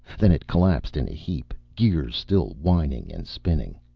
then it collapsed in a heap, gears still whining and spinning.